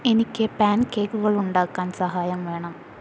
എനിക്ക് പാൻ കേക്കുകൾ ഉണ്ടാക്കാൻ സഹായം വേണം